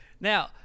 Now